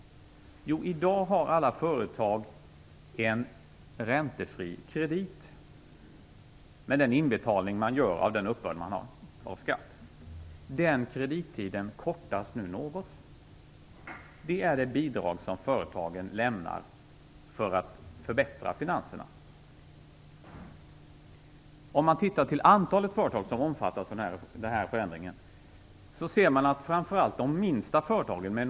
I dag har alla företag en räntefri kredit i samband med skatteinbetalningen. Den kredittiden kortas nu något. Det är det bidrag som företagen lämnar för att förbättra finanserna. miljon nästan 300 000. Vad innebär förändringen för de företagen?